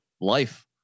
life